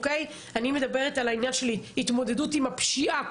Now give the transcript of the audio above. אני מדברת על העניין של התמודדות עם הפשיעה,